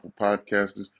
podcasters